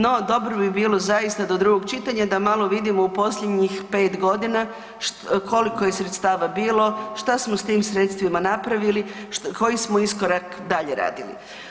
No, dobro bi bilo zaista do drugog čitanja da malo vidimo u posljednjih 5.g. koliko je sredstava bilo, šta smo s tim sredstvima napravili, koji smo iskorak dalje radili.